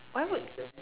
why would